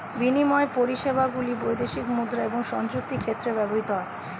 বিনিময় পরিষেবাগুলি বৈদেশিক মুদ্রা এবং সংযুক্ত ক্ষেত্রে ব্যবহৃত হয়